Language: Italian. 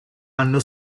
hanno